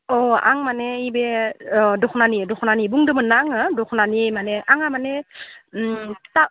अ आं माने नैबे अ दख'नानि दख'नानि बुंदोमोन ना आङो दख'नानि माने आंहा माने